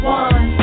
one